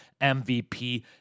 MVP